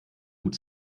gut